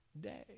day